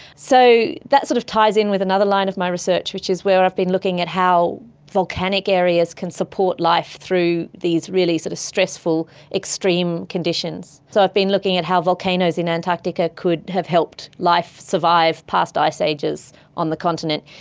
so that sort of ties in with another line of my research which is where i've been looking at how volcanic areas can support life through these really sort of stressful extreme conditions. so i've been looking at how volcanoes in antarctica could have helped life survive past ice ages on the continent.